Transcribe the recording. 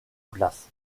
place